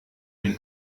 den